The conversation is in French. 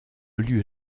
lieu